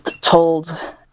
told